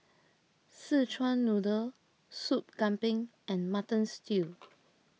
Szechuan Noodle Soup Kambing and Mutton Stew